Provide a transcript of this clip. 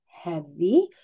heavy